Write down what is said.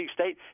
State